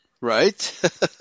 Right